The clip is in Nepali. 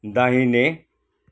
दाहिने